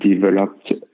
developed